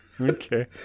Okay